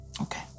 Okay